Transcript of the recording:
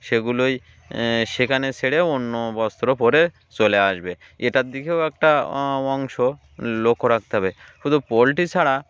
সেগুলোই সেখানে সেরে অন্য বস্ত্র পরে চলে আসবে এটার দিকেও একটা অংশ লক্ষ্য রাখতে হবে শুধু পোলট্রি ছাড়া